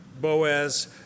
Boaz